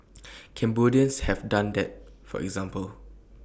Cambodians have done that for example